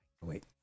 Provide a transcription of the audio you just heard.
Wait